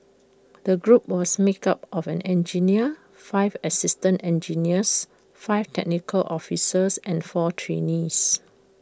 the group was make up of an engineer five assistant engineers five technical officers and four trainees